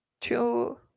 two